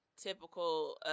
typical